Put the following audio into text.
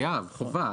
חייב, חובה.